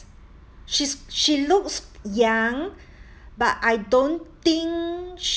she's she looks young but I don't think